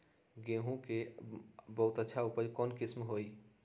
गेंहू के बहुत अच्छा उपज कौन किस्म होई?